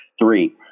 three